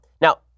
Now